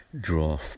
draw